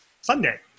Sunday